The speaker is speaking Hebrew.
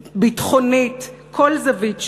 ביטחונית, כל זווית שהיא.